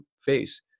face